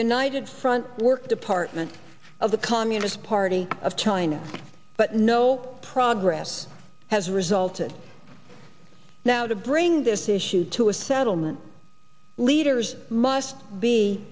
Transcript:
united front work department of the communist party of china but no progress has resulted now to bring this issue to a settlement leaders must be